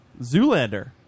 Zoolander